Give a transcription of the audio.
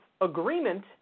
agreement